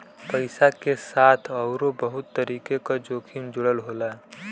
पइसा के साथ आउरो बहुत तरीके क जोखिम जुड़ल होला